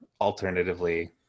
alternatively